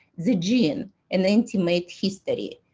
the gene an intimate history,